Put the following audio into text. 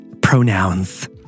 pronouns